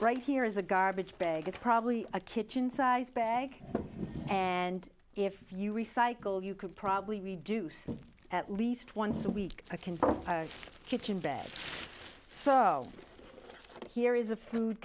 right here is a garbage bag it's probably a kitchen sized bag and if you recycle you could probably reduce at least once a week i can buy kitchen day so here is a food